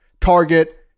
Target